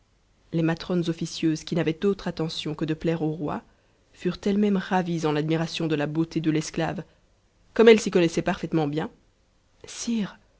les matrones officieuses qui n'avaient d'autre attention que de ptairp au roi furent ettes'mêmes ravies en admiration de la beauté de l'esclave comme elles s'y connaissaient parfaitement bien sire